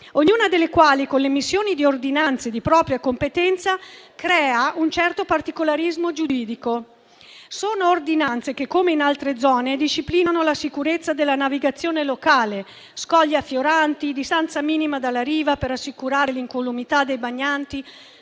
ognuna delle quali con l'emissione di ordinanze di propria competenza crea un certo particolarismo giuridico; sono ordinanze che, come in altre zone, disciplinano la sicurezza della navigazione locale (scogli affioranti, distanza minima dalla riva per assicurare l'incolumità dei bagnanti,